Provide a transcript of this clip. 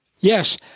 Yes